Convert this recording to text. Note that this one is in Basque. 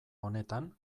honetan